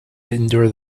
endure